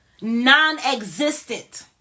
Non-existent